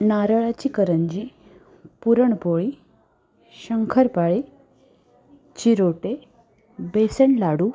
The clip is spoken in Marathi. नारळाची करंजी पुरणपोळी शंकरपाळी चिरोटे बेसन लाडू